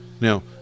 Now